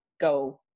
go